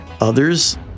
Others